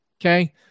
Okay